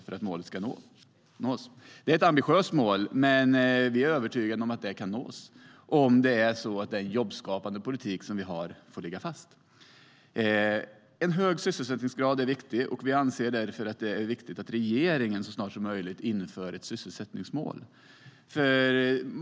Det är ett ambitiöst mål, men vi är övertygade om att det kan nås om den jobbskapande politik vi har får ligga fast. En hög sysselsättningsgrad är viktig. Vi anser därför att det är viktigt att regeringen så snart som möjligt inför ett sysselsättningsmål.